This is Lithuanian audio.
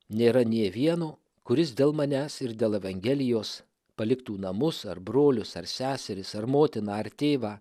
nėra nė vieno kuris dėl manęs ir dėl evangelijos paliktų namus ar brolius ar seseris ar motiną ar tėvą